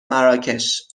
مراکش